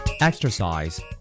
Exercise